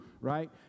right